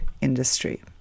industry